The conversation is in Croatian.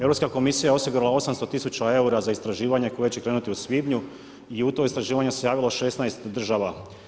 Europska komisija je osigurala 800.000 eura za istraživanje koje će krenuti u svibnju i u to istraživanje se javilo 16 država.